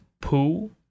poo